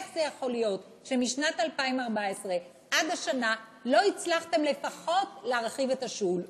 איך זה יכול להיות שמשנת 2014 עד השנה לא הצלחתם לפחות להרחיב את השול?